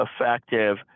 effective